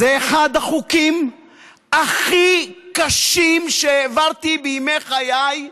שזה אחד החוקים הכי קשים שהעברתי בימי חיי,